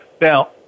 Now